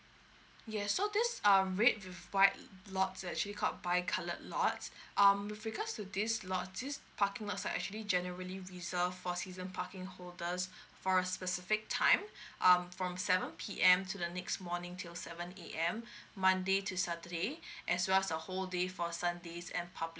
yes so this um red with white lots is actually called bicoloured lot um with regards to this lot this parking lot side actually generally reserve for season parking holders for a specific time um from seven P_M to the next morning till seven A_M monday to saturday as well as the whole day for sunday and public